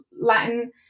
Latin